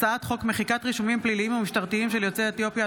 הצעת חוק מחיקת רישומים פליליים ומשטרתיים של יוצאי אתיופיה,